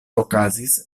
okazis